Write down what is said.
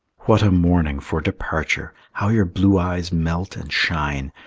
what a morning for departure! how your blue eyes melt and shine!